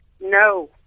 No